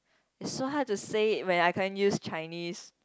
so hard to say it when I can't use Chinese